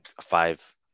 five